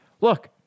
Look